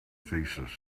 thesis